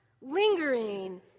lingering